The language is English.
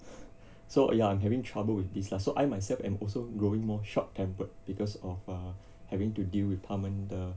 so ya I'm having trouble with this lah so I myself am also growing more short tempered because of err having to deal with 他们的